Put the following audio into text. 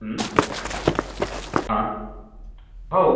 हां हो